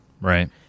Right